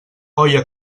olla